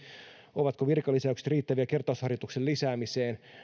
ovatko virkalisäykset riittäviä kertausharjoituksen lisäämiseen